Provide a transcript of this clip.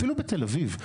אפילו בתל אביב,